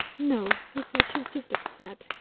no, he said, she was just upset.